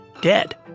dead